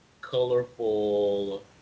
colorful